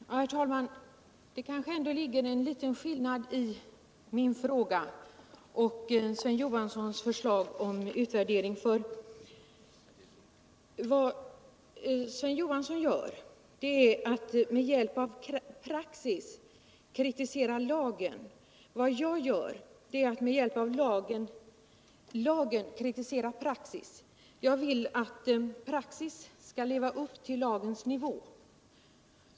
Herr talman! Det kanske ändå ligger en skillnad i min fråga och Sven Johanssons förslag om utvärdering. Med hjälp av praxis kritiserar Sven Johansson lagen. Med hjälp av lagen kritiserar jag praxis. Jag vill att praxis skall leva upp till lagens nivå.